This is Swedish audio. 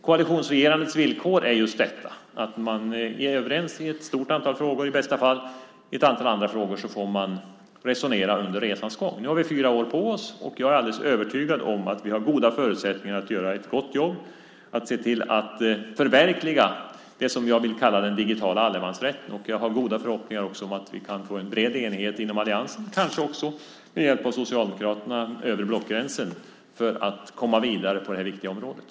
Koalitionsregerandets villkor är just dessa - man är överens i ett stort antal frågor i bästa fall, och i ett antal andra frågor får man resonera under resans gång. Nu har vi fyra år på oss, och jag är alldeles övertygad om att vi har goda förutsättningar att göra ett gott jobb för att se till att förverkliga det som jag vill kalla den digitala allemansrätten. Jag har också goda förhoppningar om att vi kan få en bred enighet inom alliansen - kanske också med hjälp av Socialdemokraterna över blockgränsen - för att komma vidare på det här viktiga området.